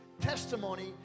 testimony